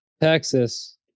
Texas